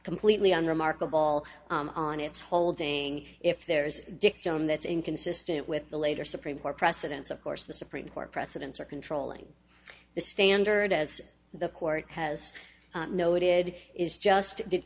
completely unremarkable on it's holding if there is dictum that's inconsistent with the later supreme court precedents of course the supreme court precedents are controlling the standard as the court has noted is just did